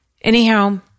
Anyhow